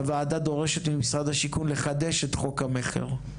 הוועדה דורשת ממשרד השיכון לחדש את חוק המכר,